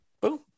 boom